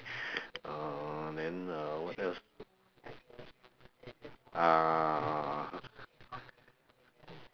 err then uh what else ah